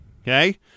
Okay